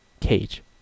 cage